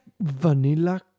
vanilla